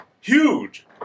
huge